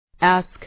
Ask